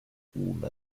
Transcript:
una